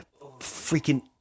freaking